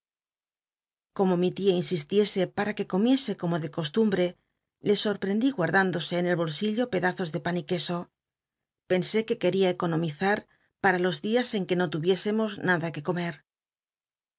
como mi tia insistiese para c ue comiese como de costumbre le soi'i cndi guanl indose en el bolsillo pedazos de pan y queso pensé que queda economizar para los días en que no turiésemos naqa que comer